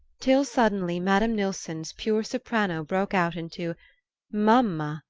till suddenly madame nilsson's pure soprano broke out into m'ama,